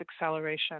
acceleration